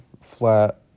flat